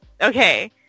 okay